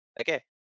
Okay